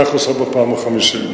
בפעם החמישית.